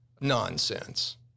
Nonsense